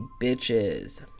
bitches